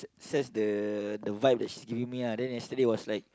sense the the vibe that she is giving me lah then yesterday was like